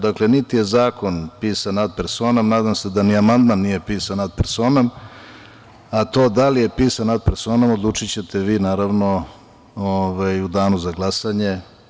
Dakle, niti je zakon pisan „ad personom“ nadam se da ni amandman nije pisan „ad personom“, a to da li je pisan „ad personom“ odlučićete vi naravno u danu za glasanje.